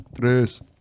tres